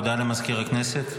הודעה למזכיר הכנסת.